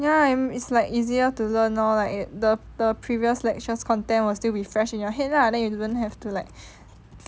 ya mm it's like easier to learn lor like the the previous lectures content will still be fresh in your head lah then you didn't have to like